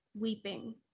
weeping